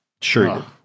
Sure